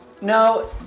No